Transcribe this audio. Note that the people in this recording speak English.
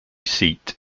seat